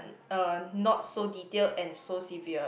uh not so detailed and so severe